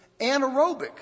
anaerobic